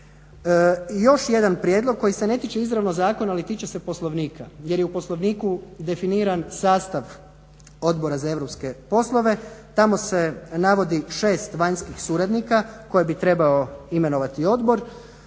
još jedan prijedlog koji se ne tiče izravno zakona ali tiče se poslovnika jer je u poslovniku definiran sastav Odbora za europske poslove. Tamo se navodi 6 vanjskih suradnika koje bi trebao imenovati odbor.